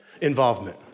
involvement